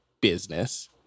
business